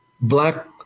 Black